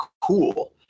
cool